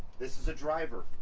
this is a driver.